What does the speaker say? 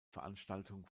veranstaltung